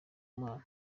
mana